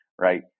right